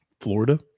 Florida